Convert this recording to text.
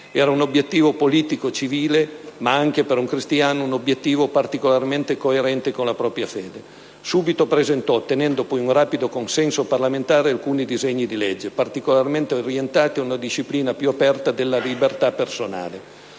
Era un obiettivo politico-civile, ma anche, per un cristiano, un obiettivo particolarmente coerente con la propria fede. Subito presentò, ottenendo poi un rapido consenso parlamentare, alcuni disegni di legge, particolarmente orientati a una disciplina più aperta della libertà personale.